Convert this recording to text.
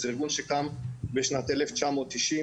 זה ארגון שקם בשנת 1990,